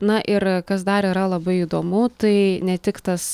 na ir kas dar yra labai įdomu tai ne tik tas